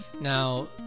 now